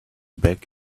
back